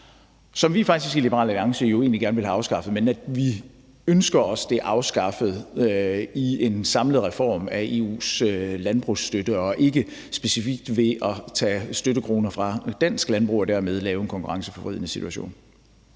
som vi faktisk i Liberal Alliance jo egentlig gerne vil have afskaffet, men vi ønsker os det afskaffet i en samlet reform af EU's landbrugsstøtte og ikke specifikt ved at tage støttekroner fra dansk landbrug og dermed lave en konkurrenceforvridende situation.